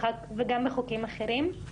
וגם בחוקים אחרים,